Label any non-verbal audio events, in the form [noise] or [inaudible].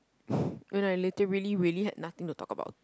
[breath] when I literally really had nothing to talk about